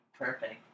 Perfect